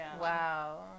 Wow